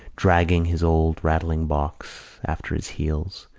dragging his old rattling box after his heels,